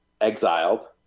exiled